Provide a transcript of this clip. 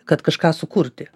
kad kažką sukurti